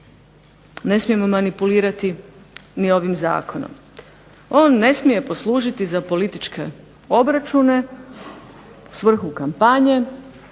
Ne smijemo manipulirati ni ovim zakonom. On ne smije poslužiti za političke obračune, u svrhu kampanje,